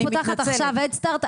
אני פותחת עכשיו הדסטרט,